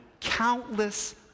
Countless